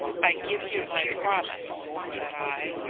i give you my promise said i.